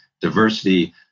diversity